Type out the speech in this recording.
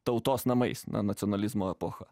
tautos namais nacionalizmo epocha